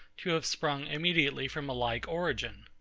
to have sprung immediately from a like origin.